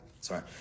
sorry